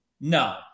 No